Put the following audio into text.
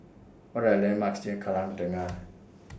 What Are The landmarks near Kallang Tengah